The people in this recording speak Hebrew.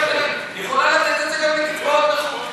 היא יכולה לתת את זה גם לקצבאות נכות,